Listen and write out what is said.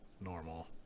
normal